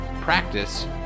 practice